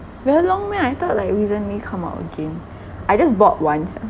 very long meh I thought like recently come out again I just bought once ah